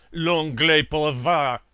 l'anglais pour va!